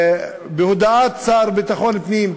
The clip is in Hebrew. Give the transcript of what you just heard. כשבהודעת השר לביטחון פנים,